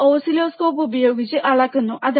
ഞങ്ങൾ ഓസിലോസ്കോപ്പ് ഉപയോഗിച്ച് അളക്കുന്നു